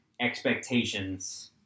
expectations